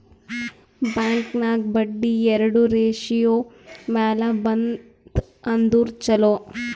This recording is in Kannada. ಬ್ಯಾಂಕ್ ನಾಗ್ ಬಡ್ಡಿ ಎರಡು ರೇಶಿಯೋ ಮ್ಯಾಲ ಬಂತ್ ಅಂದುರ್ ಛಲೋ